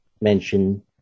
mention